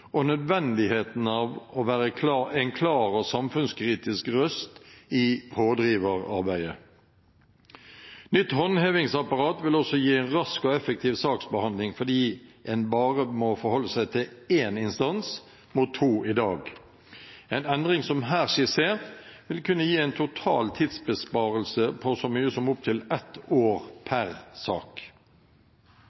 og nødvendigheten av å være en klar og samfunnskritisk røst i pådriverarbeidet. Nytt håndhevingsapparat vil også gi en rask og effektiv saksbehandling fordi en bare må forholde seg til én instans mot to i dag. En endring som her skissert vil kunne gi en total tidsbesparelse på så mye som opptil ett år